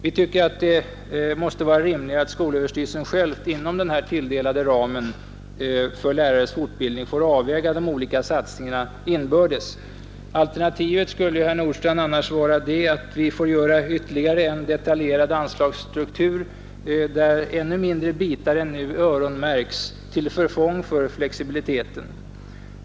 Vi tycker att det måste vara rimligare att skolöverstyrelsen själv inom den tilldelade ramen för lärarfortbild ning får avväga de olika satsningarna inbördes. Alternativet skulle, herr Nordstrandh, annars vara att vi får göra en ytterligt detaljerad anslagsstruktur, där mycket mindre bitar än nu öronmärks till förfång för flexibiliteten.